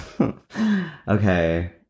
Okay